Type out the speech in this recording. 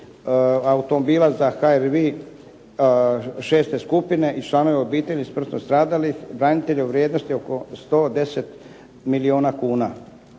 automobila za HRVI šeste skupine i članova obitelji smrtno stradalih branitelja u vrijednosti oko 110 milijuna kuna